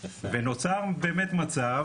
ונוצר באמת מצב